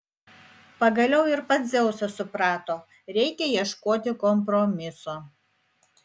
pagaliau ir pats dzeusas suprato reikia ieškoti kompromiso